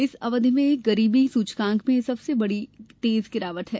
इस अवधि में गरीबी सूचकांक में यह सबसे तेज गिरावट है